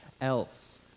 else